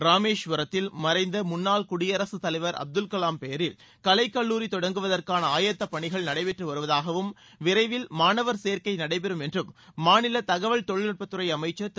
ராமேஸ்வரத்தில் மறைந்த முன்னாள் குடியரசுத்தலைவர் அப்துல்கலாம் பெயரில் கலைக்கல்லூரி தொடங்குவதற்கான ஆயத்தப் பணிகள் நடைபெற்று வருவதாகவும் விரைவில் மாணவர் சேக்கை நடைபெறும் என்றும் மாநில தகவல் தொழில்நுட்பத்துறை அமைச்ச் திரு